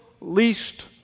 least